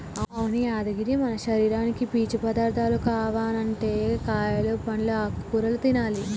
అవును యాదగిరి మన శరీరానికి పీచు పదార్థాలు కావనంటే కాయలు పండ్లు ఆకుకూరలు తినాలి